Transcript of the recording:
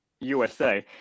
USA